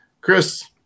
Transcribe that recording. Chris